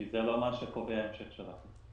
כי זה לא מה שקובע המשך של --- למה?